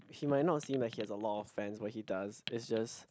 he might not seem like he has a lot of fans but he does it's just